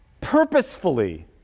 purposefully